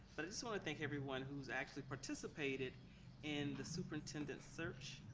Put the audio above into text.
but i just want to thank everyone who's actually participated in the superintendent search.